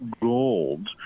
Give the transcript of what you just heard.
gold